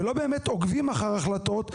ולא באמת עוקבים אחר החלטות,